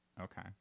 Okay